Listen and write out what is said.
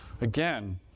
again